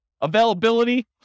Availability